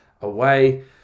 away